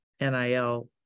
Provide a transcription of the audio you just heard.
NIL